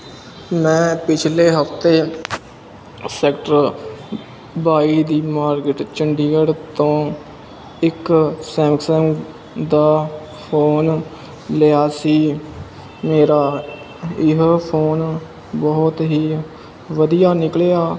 ਮੈਂ ਪਿਛਲੇ ਹਫ਼ਤੇ ਸੈਕਟਰ ਬਾਈ ਦੀ ਮਾਰਕਿਟ ਚੰਡੀਗੜ੍ਹ ਤੋਂ ਇੱਕ ਸੈਮਸੰਗ ਦਾ ਫ਼ੋਨ ਲਿਆ ਸੀ ਮੇਰਾ ਇਹ ਫੋਨ ਬਹੁਤ ਹੀ ਵਧੀਆ ਨਿਕਲਿਆ